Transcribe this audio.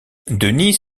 denis